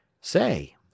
Say